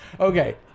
okay